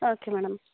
okay madam